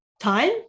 time